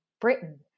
Britain